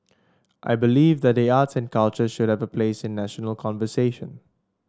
I believe that the arts and culture should have a place in national conversation